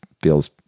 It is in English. feels